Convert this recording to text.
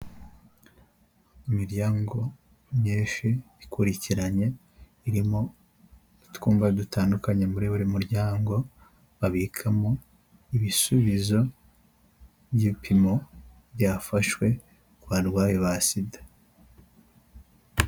Imiryango myinshi ikurikiranye irimo utwumba dutandukanye, muri buri muryango babikamo, ibisubizo by'ibipimo byafashwe ku barwayi ba Sida.